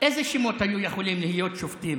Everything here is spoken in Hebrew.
איזה שמות היו יכולים להיות שופטים?